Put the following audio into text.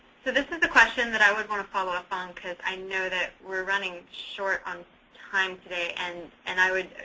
so this is the question that i would want to follow up on cause i know that we're running short on time today and and i would,